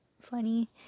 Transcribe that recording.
funny